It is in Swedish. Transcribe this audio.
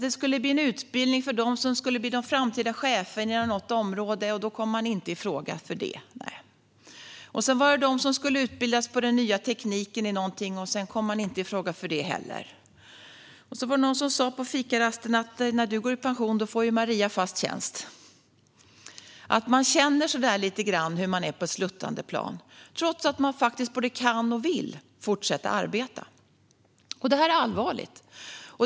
Det skulle bli en utbildning för dem som skulle bli de framtida cheferna inom något område, och då kommer man inte i fråga för det. Sedan var det vissa som skulle utbildas i den nya tekniken för någonting, men det kom man inte i fråga för heller. Så var det någon som sa på fikarasten: När du går i pension får ju Maria fast tjänst. Det handlar om att man känner lite grann att man är på ett sluttande plan, trots att man faktiskt både kan och vill fortsätta arbeta. Det här är allvarligt.